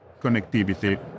connectivity